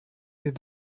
est